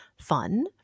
fun